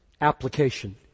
application